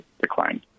declined